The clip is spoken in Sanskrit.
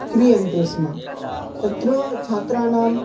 क्रियन्ते स्म तत्र छात्राणां